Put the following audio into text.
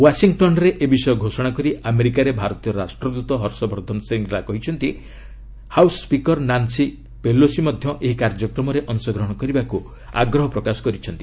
ୱାଶିଂଟନ୍ରେ ଏ ବିଷୟ ଘୋଷଣା କରି ଆମେରିକାରେ ଭାରତୀୟ ରାଷ୍ଟ୍ରଦ୍ଦ ତ ହର୍ଷବର୍ଦ୍ଧନ ଶ୍ରୀଙ୍ଗ୍ଲା କହିଛନ୍ତି ହାଉସ୍ ସ୍ୱିକର୍ ନାନ୍ସି ପେଲୋସି ମଧ୍ୟ ଏହି କାର୍ଯ୍ୟକ୍ରମରେ ଅଂଶଗ୍ରହଣ କରିବାକୁ ଆଗ୍ରହ ପ୍ରକାଶ କରିଛନ୍ତି